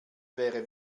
wäre